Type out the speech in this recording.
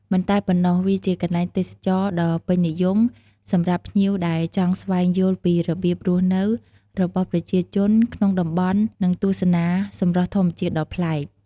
មិនតែប៉ុណ្ណោះវាជាកន្លែងទេសចរណ៍ដ៏ពេញនិយមសម្រាប់ភ្ញៀវដែលចង់ស្វែងយល់ពីរបៀបរស់នៅរបស់ប្រជាជនក្នុងតំបន់និងទស្សនាសម្រស់ធម្មជាតិដ៏ប្លែក។